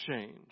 change